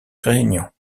réunions